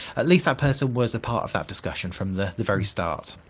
at least that person was a part of that discussion from the the very start.